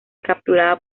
capturada